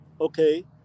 okay